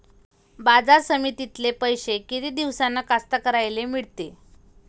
बाजार समितीतले पैशे किती दिवसानं कास्तकाराइले मिळते?